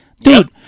Dude